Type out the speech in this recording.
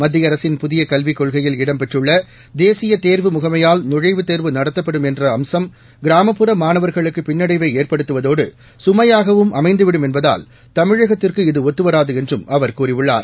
மத்திய அரசின் புதிய கல்விக் கொள்கையில் இடம்பெற்றுள்ள தேசிய தேர்வு முகமையால் நுழைவுத் தேர்வு நடத்தப்படும் என்ற அம்சம் கிராமப்புற மாணவர்களுக்கு பின்னடைவை ஏற்படுத்துவதோடு கமையாகவும் அமைந்துவிடும் என்பதால் தமிழகத்திற்கு இது ஒத்துவராது என்றும் அவர் கூறியுள்ளார்